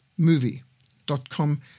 movie.com